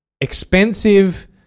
expensive